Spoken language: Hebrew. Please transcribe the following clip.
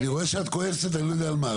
אני רואה שאת כועסת ואני לא יודע על מה,